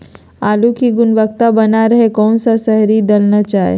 आलू की गुनबता बना रहे रहे कौन सा शहरी दलना चाये?